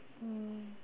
mm